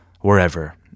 wherever